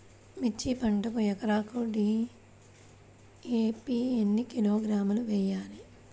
మిర్చి పంటకు ఎకరాకు డీ.ఏ.పీ ఎన్ని కిలోగ్రాములు వేయాలి?